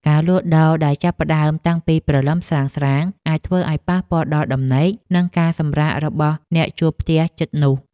ការលក់ដូរដែលចាប់ផ្តើមតាំងពីព្រលឹមស្រាងៗអាចធ្វើឱ្យប៉ះពាល់ដល់ដំណេក និងការសម្រាករបស់អ្នកជួលផ្ទះជិតនោះ។